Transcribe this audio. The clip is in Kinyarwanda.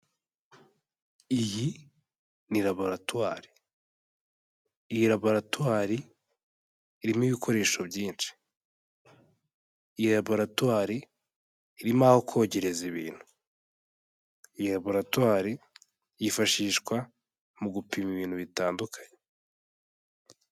Iyi ni laboratwari, iyi laboratwari irimo ibikoresho byinshi, iyi laboratwari irimo aho kogereza ibintu, iyi laboratwari yifashishwa mu gupima ibintu bitandukanye.